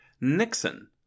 Nixon